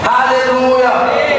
Hallelujah